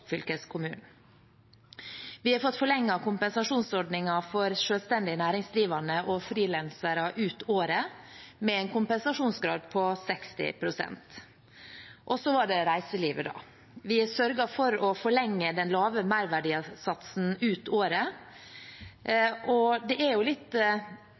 fylkeskommunen. Vi har fått forlenget kompensasjonsordningen for selvstendig næringsdrivende og frilansere ut året med en kompensasjonsgrad på 60 pst. Så var det reiselivet. Vi har sørget for å forlenge den lave merverdiavgiftssatsen ut året. Det er litt